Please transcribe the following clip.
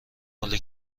مال